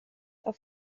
auf